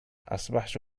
أصبحت